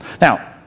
Now